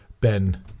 Ben